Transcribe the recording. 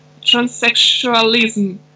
transsexualism